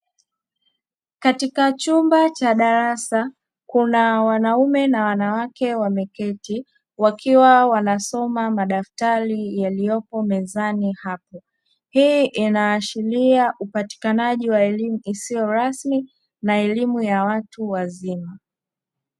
Katika chumba cha darasa kuna wanaume na wanawake wameketi wakiwa wanasoma madaftari yaliyopo mezani hapo, hii inaashiria upatikanaji wa elimu isiyo rasmi na elimu ya watu wazima.